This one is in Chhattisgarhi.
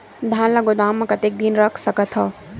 धान ल गोदाम म कतेक दिन रख सकथव?